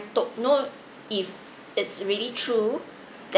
don't know if it's really true